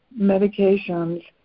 medications